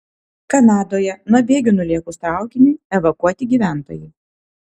kanadoje nuo bėgių nulėkus traukiniui evakuoti gyventojai